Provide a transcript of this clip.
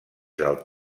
del